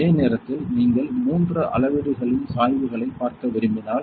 அதே நேரத்தில் நீங்கள் மூன்று அளவீடுகளின் சாய்வுகளைப் பார்க்க விரும்பினால்